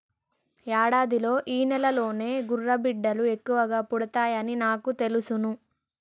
యాడాదిలో ఈ నెలలోనే గుర్రబిడ్డలు ఎక్కువ పుడతాయని నాకు తెలుసును